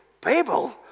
Babel